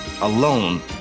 Alone